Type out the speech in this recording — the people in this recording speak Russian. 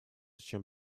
чем